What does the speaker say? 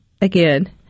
again